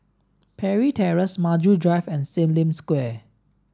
Parry Terrace Maju Drive and Sim Lim Square